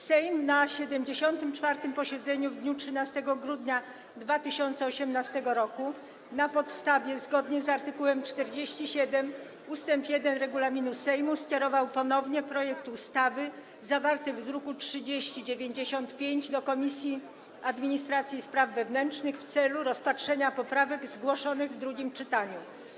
Sejm na 74. posiedzeniu w dniu 13 grudnia 2018 r. zgodnie z art. 47 ust. 1 regulaminu Sejmu skierował ponownie projekt ustawy zawarty w druku nr 3095 do Komisji Administracji i Spraw Wewnętrznych w celu rozpatrzenia poprawek zgłoszonych w drugim czytaniu.